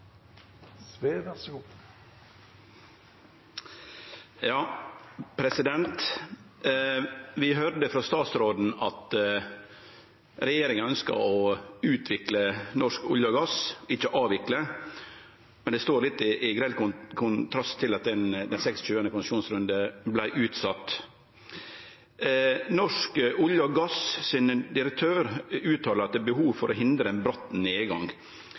regjeringa ønskjer å utvikle norsk olje og gass, ikkje avvikle. Men det står i grell kontrast til at den 26. konsesjonsrunden vart utsett. Direktøren i Norsk olje og gass uttaler at det er behov for å hindre ein bratt nedgang,